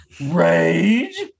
rage